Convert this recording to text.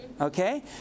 okay